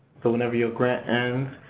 so whenever your grant ends,